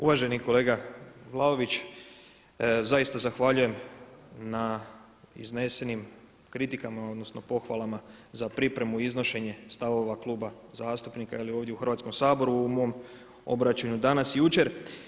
Uvaženi kolega Vlaović zaista zahvaljujem na iznesenim kritika, odnosno pohvalama za pripremu i iznošenje stavova kluba zastupnika ili ovdje u Hrvatskom saboru u ovom mom obraćanju danas i jučer.